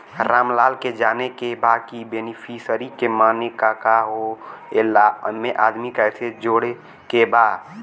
रामलाल के जाने के बा की बेनिफिसरी के माने का का होए ला एमे आदमी कैसे जोड़े के बा?